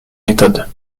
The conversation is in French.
méthodes